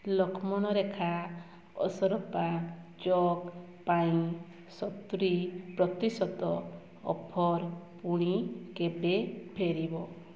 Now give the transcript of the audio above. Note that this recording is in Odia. ଲକ୍ଷ୍ମଣ ରେଖା ଅସରପା ଚକ୍ ପାଇଁ ସତୁରି ପ୍ରତିଶତ ଅଫର୍ ପୁଣି କେବେ ଫେରିବ